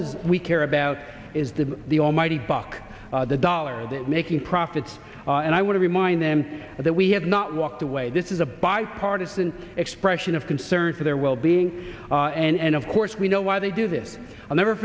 we care about is the the almighty buck the dollars making profits and i want to remind them that we have not walked away this is a bipartisan expression of concern for their well being and of course we know why they do this i'll never